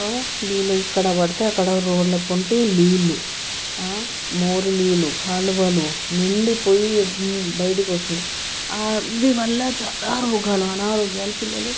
నీళ్ళు ఎక్కడ పడితే అక్కడ రోడ్ల కొంటే నీళ్లు మోరీ నీళ్ళు కాలువలు నిండిపోయి బయటకు వస్తుంది అది వల్ల చాలా రోగాలు అనారోగ్యాలు పిల్లలు